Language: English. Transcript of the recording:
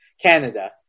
Canada